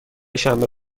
شنبه